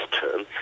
term